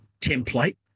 template